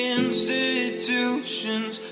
institution's